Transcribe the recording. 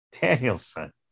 Danielson